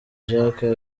jacques